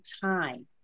time